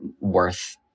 worth